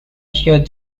hear